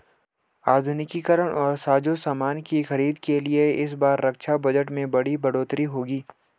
आधुनिकीकरण और साजोसामान की खरीद के लिए इस बार रक्षा बजट में बड़ी बढ़ोतरी होगी